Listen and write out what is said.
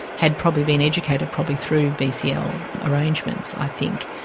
had probably been educated probably through bcl arrangements i think.